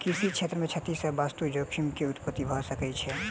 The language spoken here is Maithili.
कृषि क्षेत्र मे क्षति सॅ वास्तु जोखिम के उत्पत्ति भ सकै छै